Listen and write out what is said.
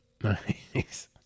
Nice